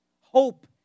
hope